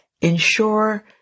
Ensure